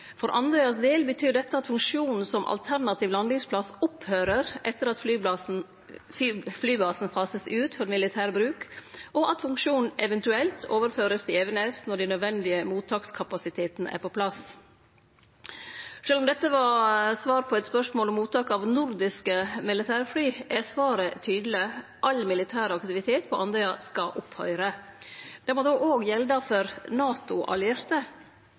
for Andøyas del betyr dette at funksjonen som alternativ landingsplass tek slutt etter at flybasen vert fasa ut for militært bruk, og at funksjonen eventuelt vert overført til Evenes når den nødvendige mottakskapasiteten er på plass. Sjølv om dette var svar på eit spørsmål om mottak av nordiske militærfly, er svaret tydeleg: All militær aktivitet på Andøya skal stanse. Det må då òg gjelde for